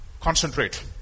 concentrate